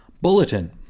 Bulletin